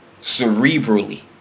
cerebrally